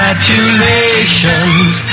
Congratulations